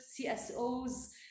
cso's